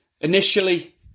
initially